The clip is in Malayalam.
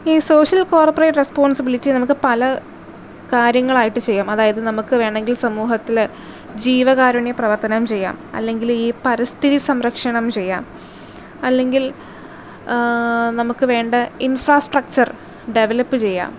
ഈ കോർപ്പറേറ്റ് റെസ്പോൺസിബിലിറ്റിയെ നമുക്ക് പല കാര്യങ്ങളായിട്ട് ചെയ്യാം അതായത് നമുക്ക് വേണമെങ്കില് സമൂഹത്തില് ജീവകാരുണ്യ പ്രവർത്തനം ചെയ്യാം അല്ലെങ്കില് ഈ പരിസ്ഥിതി സംരക്ഷണം ചെയ്യാം അല്ലെങ്കിൽ നമുക്ക് വേണ്ട ഇൻഫ്രാസ്ട്രക്ച്ചര് ഡെവലപ്പ് ചെയ്യാം